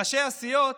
ראשי הסיעות,